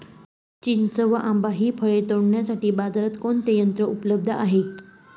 चिंच व आंबा हि फळे तोडण्यासाठी बाजारात कोणते यंत्र उपलब्ध आहे?